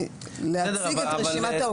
ולהציג את רשימת העובדים.